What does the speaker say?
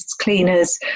cleaners